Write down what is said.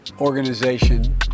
organization